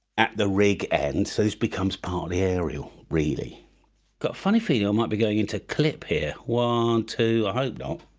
at the rig end so becomes partly aerial really got a funny feeling i might be going in to clip here one too i hope not